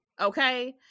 okay